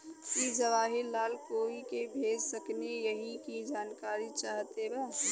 की जवाहिर लाल कोई के भेज सकने यही की जानकारी चाहते बा?